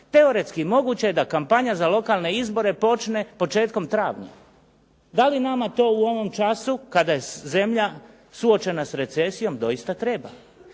Teoretski moguće je da kampanja za lokalne izbore počne početkom travnja. Da li nama to u ovom času kada je zemlje suočena s recesijom doista treba?